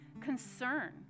concern